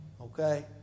okay